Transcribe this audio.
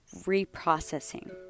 reprocessing